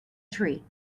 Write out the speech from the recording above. tree